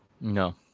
No